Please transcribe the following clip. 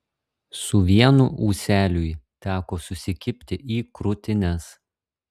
su vienu ūseliui teko susikibti į krūtines